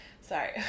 Sorry